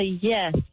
Yes